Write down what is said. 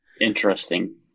Interesting